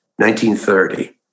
1930